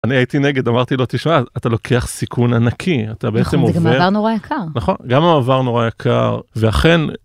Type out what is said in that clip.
אני הייתי נגד אמרתי לו תשמע אתה לוקח סיכון ענקי אתה בעצם עובר נורא יקר נכון גם המעבר נורא יקר ואכן.